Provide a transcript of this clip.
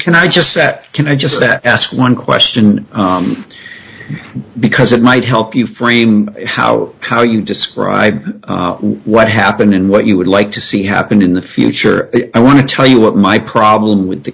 can i just set can i just set ask one question because it might help you frame how how you describe what happened and what you would like to see happen in the future i want to tell you what my problem with the